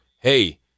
hey